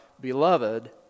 beloved